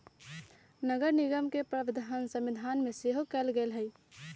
नगरनिगम के प्रावधान संविधान में सेहो कयल गेल हई